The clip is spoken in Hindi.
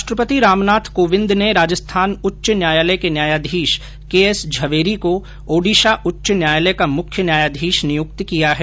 राष्ट्रपति रामनाथ कोविंद ने राजस्थान उच्च न्यायालय के न्यायाधीश केएस झवेरी को ओडिशा उच्च न्यायालय का मुख्य न्यायाधीश नियुक्त किया है